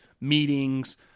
meetings